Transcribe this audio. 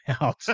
out